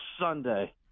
Sunday